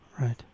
Right